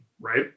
right